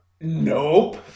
Nope